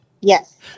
Yes